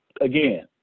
Again